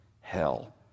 hell